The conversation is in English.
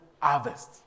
harvest